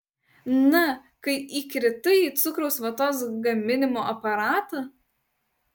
na kai įkritai į cukraus vatos gaminimo aparatą